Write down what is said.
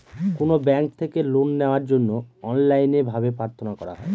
কোনো ব্যাঙ্ক থেকে লোন নেওয়ার জন্য অনলাইনে ভাবে প্রার্থনা করা হয়